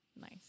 Nice